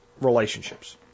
relationships